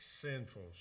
sinful